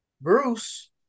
Bruce